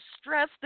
stress